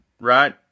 right